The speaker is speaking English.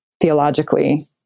theologically